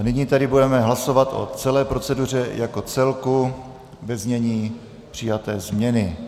Nyní tedy budeme hlasovat o celé proceduře jako celku ve znění přijaté změny.